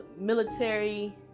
military